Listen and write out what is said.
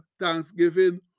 thanksgiving